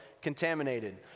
contaminated